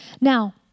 Now